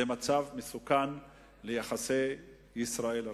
זה מצב מסוכן ליחסי ישראל ארצות-הברית.